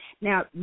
Now